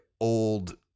old